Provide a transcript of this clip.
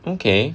okay